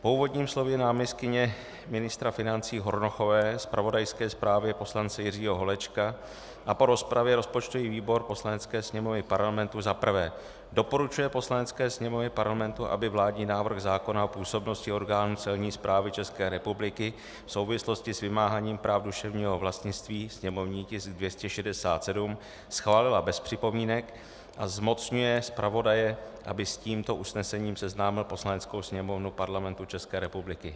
Po úvodním slově náměstkyně ministra financí Hornochové, zpravodajské zprávě poslance Jiřího Holečka a po rozpravě rozpočtový výbor Poslanecké sněmovny Parlamentu za prvé doporučuje Poslanecké sněmovně Parlamentu, aby vládní návrh zákona o působnosti orgánů Celní správy České republiky v souvislosti s vymáháním práv duševního vlastnictví, sněmovní tisk 267, schválila bez připomínek, za druhé zmocňuje zpravodaje, aby s tímto usnesením seznámil Poslaneckou sněmovnu Parlamentu České republiky.